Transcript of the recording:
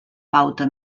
pauta